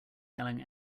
yelling